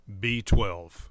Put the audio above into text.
B12